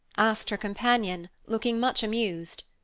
asked her companion, looking much amused.